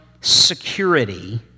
security